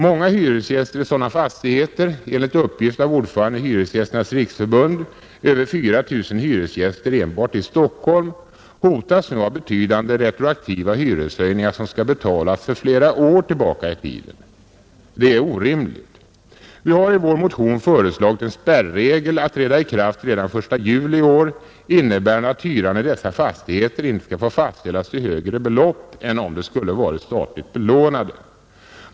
Många hyresgäster i sådana fastigheter, enligt uppgift av ordföranden i Hyresgästernas riksförbund över 4 000 hyresgäster enbart i Stockholm, hotas nu av betydande retroaktiva hyreshöjningar, som skall betalas för flera år tillbaka i tiden. Det är orimligt. Vi har i vår motion föreslagit en spärregel att träda i kraft redan den 1 juli i år, som innebär att hyran i dessa fastigheter inte skulle få fastställas till högre belopp än om de hade varit statligt belånade.